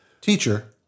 teacher